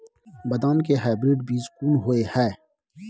बदाम के हाइब्रिड बीज कोन होय है?